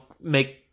make